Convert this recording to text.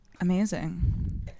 amazing